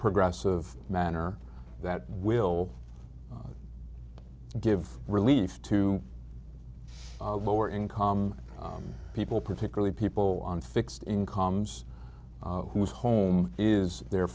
progressive manner that will give relief to lower income people particularly people on fixed incomes whose home is their